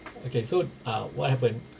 okay so uh what happened